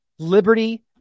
liberty